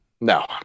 No